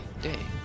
day